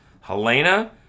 Helena